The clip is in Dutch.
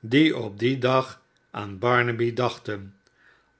die op dien dag aan barnaby dachten